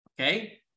okay